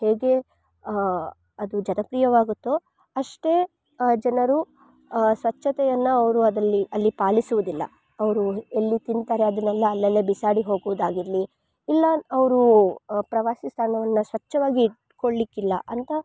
ಹೇಗೆ ಅದು ಜನಪ್ರಿಯವಾಗುತ್ತೋ ಅಷ್ಟೇ ಜನರು ಸ್ವಚ್ಛತೆಯನ್ನು ಅವರು ಅದಲ್ಲಿ ಅಲ್ಲಿ ಪಾಲಿಸೋದಿಲ್ಲ ಅವರು ಎಲ್ಲಿ ತಿಂತಾರೆ ಅದನೆಲ್ಲ ಅಲ್ಲಲ್ಲೆ ಬಿಸಾಡಿ ಹೋಗುವುದಾಗಿರಲಿ ಇಲ್ಲ ಅವರು ಪ್ರವಾಸಿ ತಾಣವನ್ನ ಸ್ವಚ್ಛವಾಗಿ ಇಟ್ಕೊಳ್ಳಿಕ್ಕಿಲ್ಲ ಅಂತ